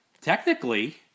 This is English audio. Technically